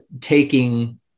taking